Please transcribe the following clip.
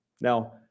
Now